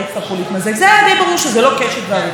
חברת הכנסת לשעבר ויושבת-ראש הרשות השנייה,